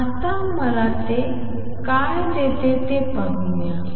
आणि मला ते काय देते ते पाहूया